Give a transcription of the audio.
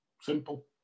Simple